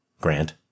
Grant